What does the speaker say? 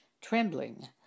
trembling